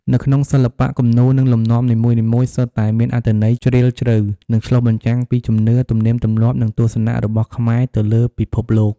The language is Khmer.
នៅក្នុងសិល្បៈគំនូរ និងលំនាំនីមួយៗសុទ្ធតែមានអត្ថន័យជ្រាលជ្រៅ និងឆ្លុះបញ្ចាំងពីជំនឿ ទំនៀមទម្លាប់ និងទស្សនៈរបស់ខ្មែរទៅលើពិភពលោក។